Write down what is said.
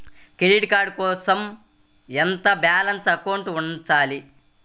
Credit card కోసం ఎంత balance అకౌంట్లో ఉంచాలి?